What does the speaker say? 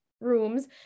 rooms